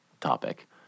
topic